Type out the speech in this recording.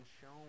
shown